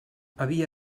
havia